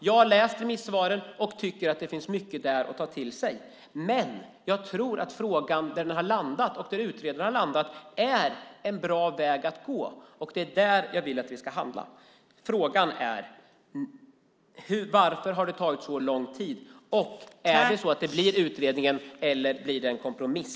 Jag har läst remissvaren. Det finns mycket där att ta till sig. Men där frågan och utredaren har landat är en bra väg att gå. Det är där jag vill att vi ska handla. Frågan är: Varför har det tagit så lång tid? Blir det utredningens förslag som gäller eller blir det en kompromiss?